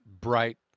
Bright